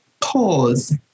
pause